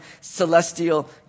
celestial